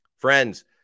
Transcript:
Friends